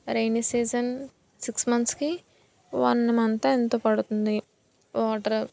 rainy season six మంత్స్కి one మంతో ఎంతో పడుతుంది వాటరు